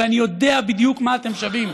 ואני יודע בדיוק מה אתם שווים,